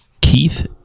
Keith